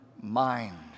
mind